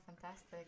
fantastic